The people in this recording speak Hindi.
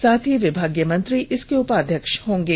साथ ही विभागीय मंत्री इसके उपाध्यक्ष होंगे